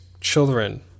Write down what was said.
children